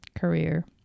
career